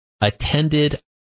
attended